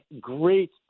great